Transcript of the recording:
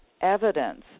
evidence